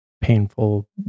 painful